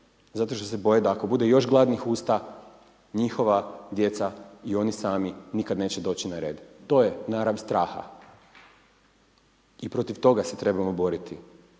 zato što se boje da ako bude još gladnih usta, njihova djeca i oni sami nikad neće doći na red. To je narav straha. I protiv toga se trebamo boriti.